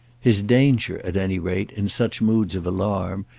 his danger, at any rate, in such moods of alarm,